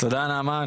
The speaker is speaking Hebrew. תודה נעמה.